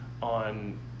on